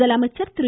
முதலமைச்சர் திரு